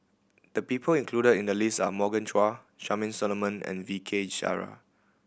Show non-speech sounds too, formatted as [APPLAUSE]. the people included in the list are Morgan Chua Charmaine Solomon and V K [UNINTELLIGIBLE]